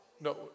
No